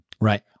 Right